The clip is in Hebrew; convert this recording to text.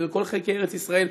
בכל חלקי ארץ-ישראל,